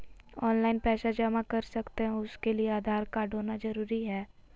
Online पैसा जमा कर सकते हैं उसके लिए आधार कार्ड होना जरूरी है?